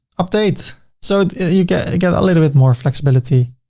update. so you get get a little bit more flexibility.